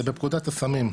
זה בפקודת הסמים.